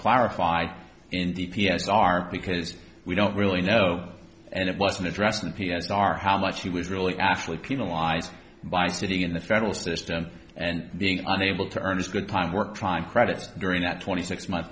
clarify in d p s are because we don't really know and it wasn't addressed and p s r how much he was really actually penalized by sitting in the federal system and being unable to earn his good time work trying credits during that twenty six month